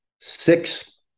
six